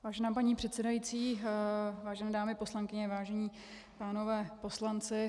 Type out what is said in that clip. Vážená paní předsedající, vážené dámy poslankyně, vážení pánové poslanci.